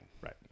Right